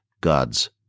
God's